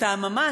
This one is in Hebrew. אתה ממש.